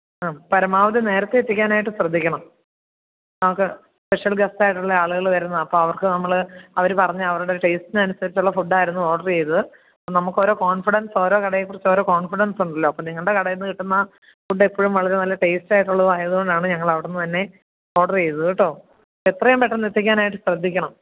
ആം പരമാവധി നേരത്തെ എത്തിക്കാനായിട്ട് ശ്രദ്ധിക്കണം ഞങ്ങൾക്ക് സ്പെഷൽ ഗസ്റ്റ് ആയിട്ടുള്ള ആളുകൾ വരുന്നതാണ് അപ്പം അവർക്ക് നമ്മൾ അവർ പറഞ്ഞ അവരുടെ ഒരു ടേസ്റ്റിന് അനുസരിച്ചുള്ള ഫുഡ് ആയിരുന്നു ഓഡർ ചെയ്തത് നമ്മൾക്ക് ഓരോ കോൺഫിഡൻസ് ഓരോ കടയെ കുറിച്ചു ഓരോ കോൺഫിഡൻസ് ഉണ്ടല്ലോ അപ്പം നിങ്ങളുടെ കടയിൽ നിന്ന് കിട്ടുന്ന ഫുഡ് എപ്പോഴും വളരെ നല്ല ടേസ്റ്റ് ആയിട്ടുള്ളതും ആയതു കൊണ്ടാണ് ഞങ്ങൾ അവിടെ നിന്ന് തന്നെ ഓഡർ ചെയ്തത് കേട്ടോ എത്രയും പെട്ടെന്ന് എത്തിക്കാനായിട്ട് ശ്രദ്ധിക്കണം